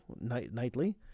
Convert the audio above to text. nightly